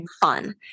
fun